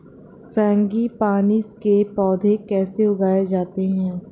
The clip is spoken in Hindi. फ्रैंगीपनिस के पौधे कैसे उगाए जाते हैं?